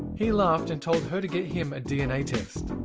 he laughed and told her to get him a dna test.